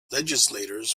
legislators